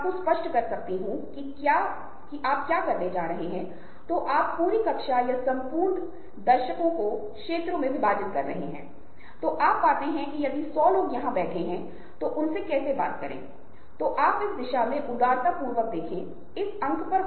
तो आप देखते हैं कि क्लब और फ़ोरम जिस क्षण आप एक नई जगह में शामिल होते हैं वहाँ जाने के लिए कुछ जगह होती है यहां तक कि हमें उसी चीज़ का विस्तार करने या सोशल मीडिया पर पहचाने जाने की बात कहते हैं